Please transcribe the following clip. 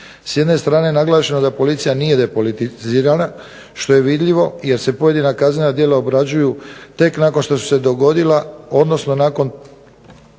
S jedne strane je naglašeno da policija nije depolitizirana što je vidljivo jer se pojedina kaznena djela obrađuju tek nakon što su se dogodila, odnosno nakon